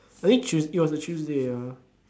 I think Tues~ it was a Tuesday ah